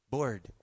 Bored